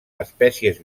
espècies